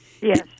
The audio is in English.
Yes